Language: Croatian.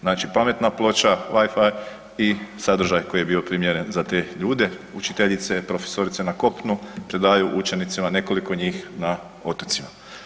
Znači pametna ploča, wi-fi i sadržaj koji je bio primjeren za te ljude, učiteljice i profesorice na kopnu predavaju učenicima, nekoliko njih na otocima.